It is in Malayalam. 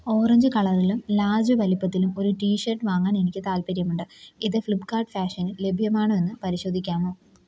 ഓറഞ്ച് കളറിലും ലാർജ് വലിപ്പത്തിലും ഒരു ടി ഷർട്ട് വാങ്ങാൻ എനിക്ക് താൽപ്പര്യമുണ്ട് ഇത് ഫ്ലിപ്പ്കാർട്ട് ഫാഷനിൽ ലഭ്യമാണോ എന്ന് പരിശോധിക്കാമോ